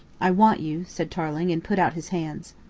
i want you, said tarling, and put out his hands.